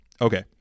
Okay